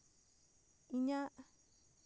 ᱤᱧᱟᱹᱜ